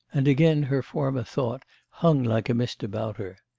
and again her former thought hung like a mist about her.